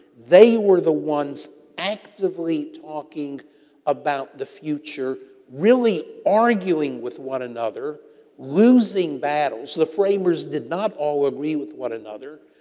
they were the ones actively talking about the future really arguing with one another losing battles. the framers did not all agree with one another.